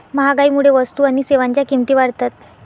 महागाईमुळे वस्तू आणि सेवांच्या किमती वाढतात